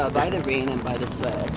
ah by the rain and by the sweat.